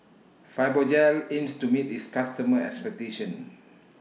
Fibogel aims to meet its customers' expectations